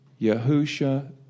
Yahusha